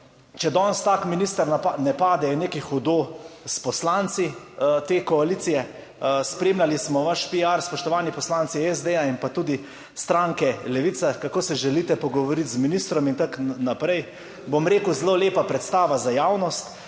Če danes, tako minister ne pade, je nekaj hudo s poslanci te koalicije. Spremljali smo vaš piar, spoštovani poslanci SD in pa tudi stranke Levica, kako se želite pogovoriti z ministrom in tako naprej. Bom rekel, zelo lepa predstava za javnost,